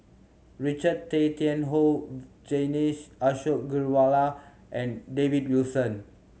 Richard Tay Tian Hoe Vijesh Ashok Ghariwala and David Wilson